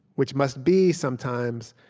which must be, sometimes,